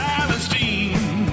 Palestine